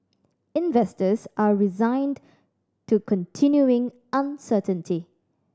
investors are resigned to continuing uncertainty